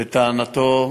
לטענתו,